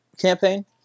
campaign